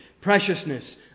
preciousness